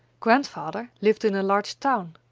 grandfather lived in a large town,